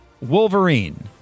Wolverine